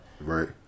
Right